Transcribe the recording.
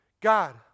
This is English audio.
God